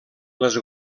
les